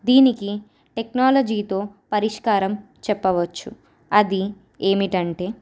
దీనికి టెక్నాలజీతో పరిష్కారం చెప్పవచ్చు అది ఏమిటంటే